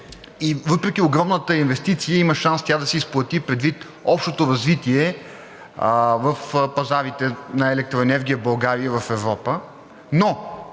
и въпреки огромната инвестиция има шанс тя да се изплати предвид общото развитие в пазарите на електроенергия в България и в Европа.